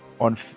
on